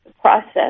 process